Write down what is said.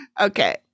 okay